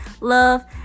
love